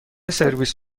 سرویس